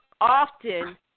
Often